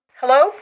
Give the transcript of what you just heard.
Hello